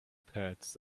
pads